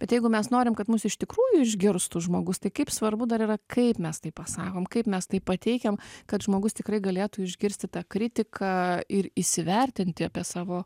bet jeigu mes norim kad mus iš tikrųjų išgirstų žmogus tai kaip svarbu dar yra kaip mes tai pasakom kaip mes tai pateikiam kad žmogus tikrai galėtų išgirsti tą kritiką ir įsivertinti apie savo